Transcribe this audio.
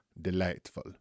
delightful